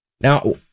Now